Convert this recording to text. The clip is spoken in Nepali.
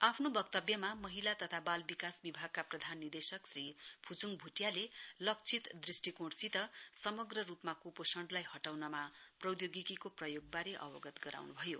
आफ्नो वक्तव्यमा महिला तथा बाल विकास विभागका प्रधान निर्देशक श्री फुचुङ भुटियाले लक्षित दृष्टिकोणसित समग्र रूपमा कुपोषणलाई हटाउनमा प्रौद्योगिकीको प्रयोगबारे अवगत गराउनु भयो